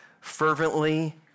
fervently